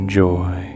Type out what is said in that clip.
joy